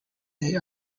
they